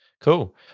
cool